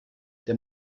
der